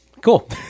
cool